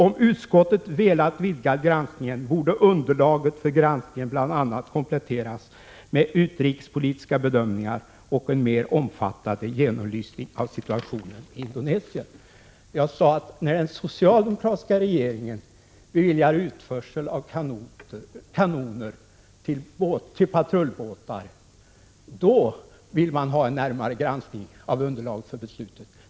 Om utskottet velat vidga granskningen, borde underlaget för granskningen bl.a. kompletterats med utrikespolitiska bedömningar och en mer omfattande genomlysning av situationen i Indonesien.” Jag sade att när den socialdemokratiska regeringen beviljar utförsel av kanoner till patrullbåtar, då vill folkpartiet ha en närmare granskning av underlaget för beslutet.